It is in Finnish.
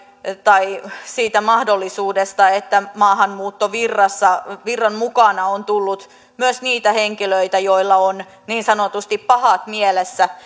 tai siitä mahdollisuudesta että maahanmuuttovirran mukana on tullut myös niitä henkilöitä joilla on niin sanotusti pahat mielessä